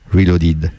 Reloaded